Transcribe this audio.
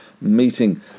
meeting